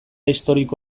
historiko